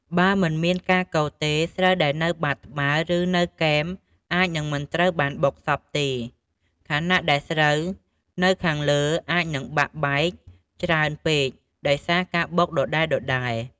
បើមិនមានការកូរទេ ស្រូវដែលនៅបាតត្បាល់ ឬនៅគែមអាចនឹងមិនត្រូវបានបុកសព្វទេ ខណៈដែលស្រូវនៅខាងលើអាចនឹងបាក់បែកច្រើនពេកដោយសារការបុកដដែលៗ។